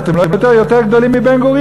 אתם לא יותר גדולים מבן-גוריון,